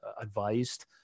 advised